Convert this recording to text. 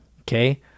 okay